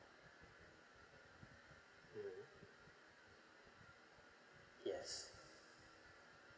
mm yes